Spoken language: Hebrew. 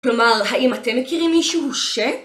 כלומר, האם אתם מכירים מישהו ש...